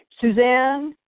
Suzanne